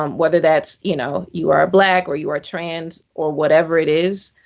um whether that's you know you are black or you are trans, or whatever it is.